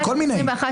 רוויזיה על פינדרוס.